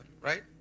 Right